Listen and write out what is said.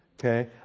Okay